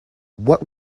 what